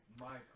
Michael